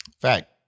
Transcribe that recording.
Fact